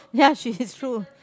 ya she is true